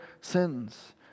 sins